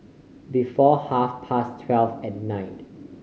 before half past twelve at night